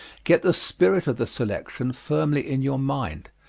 get the spirit of the selection firmly in your mind.